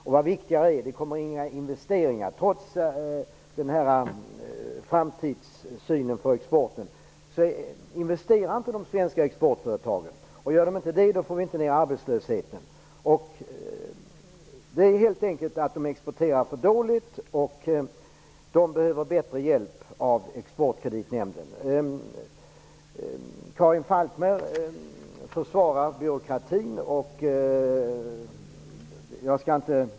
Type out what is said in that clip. Det viktiga är att det inte sker några investeringar. Trots den ljusa framtidssynen för exporten investerar inte de svenska exportföretagen. Investerar de inte, får vi inte heller ned arbetslösheten. Företagen exporterar för dåligt. De behöver större hjälp från Exportkreditnämnden. Karin Falkmer försvarar byråkratin.